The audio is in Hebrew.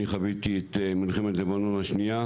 אני חוויתי את מלחמת לבנון השנייה,